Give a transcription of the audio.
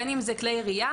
בין אם זה כלי ירייה,